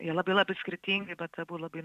jie labai labai skirtingi bet abu labai